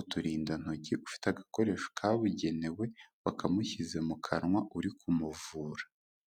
uturindantoki, ufite agakoresho kabugenewe wakamushyize mu kanwa uri kumuvura.